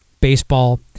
baseball